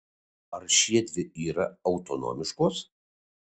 ar šiedvi yra autonomiškos